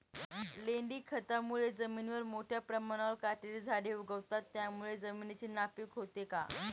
लेंडी खतामुळे जमिनीवर मोठ्या प्रमाणावर काटेरी झाडे उगवतात, त्यामुळे जमीन नापीक होते का?